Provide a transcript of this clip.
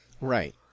Right